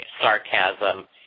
sarcasm